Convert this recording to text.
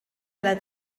ala